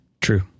True